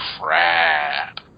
crap